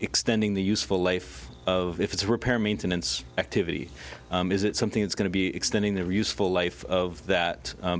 extending the useful life of if it's repair maintenance activity is it something that's going to be extending their useful life of that